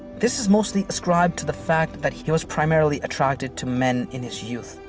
this is mostly ascribed to the fact that he was primarily attracted to men in his youth.